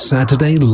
Saturday